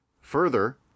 Further